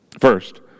First